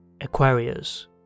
Aquarius